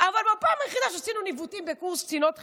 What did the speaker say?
אבל בפעם היחידה שעשינו ניווטים בקורס קצינות חינוך,